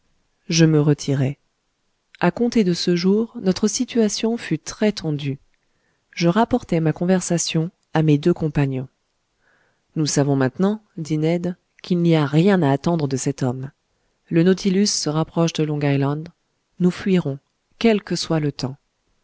je me retirai a compter de ce jour notre situation fut très tendue je rapportai ma conversation à mes deux compagnons nous savons maintenant dit ned qu'il n'y a rien à attendre de cet homme le nautilus se rapproche de long island nous fuirons quel que soit le temps